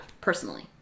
personally